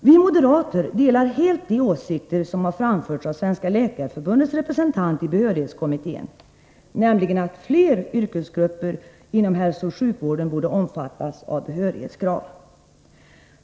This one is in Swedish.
Vi moderater delar helt de åsikter som har framförts av Svenska läkarförbundets representant i behörighetskommittén, nämligen att fler yrkesgrupper inom hälsooch sjukvården borde omfattas av behörighetskrav.